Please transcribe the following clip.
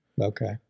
Okay